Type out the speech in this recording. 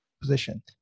position